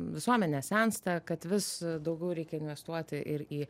visuomenė sensta kad vis daugiau reikia investuoti ir į